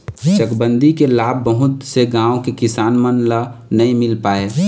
चकबंदी के लाभ बहुत से गाँव के किसान मन ल नइ मिल पाए हे